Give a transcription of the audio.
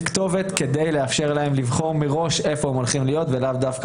כתובת כדי לאפשר להם לבחור מראש איפה הם יהיו ולאו דווקא